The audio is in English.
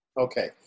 Okay